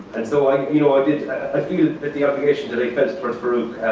and so um you know i did i feel that the obligation that i felt for farouk,